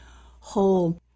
whole